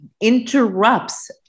interrupts